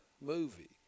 movie